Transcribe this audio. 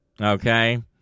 Okay